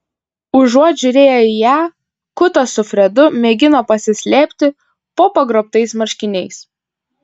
užuot žiūrėję į ją kutas su fredu mėgino pasislėpti po pagrobtais marškiniais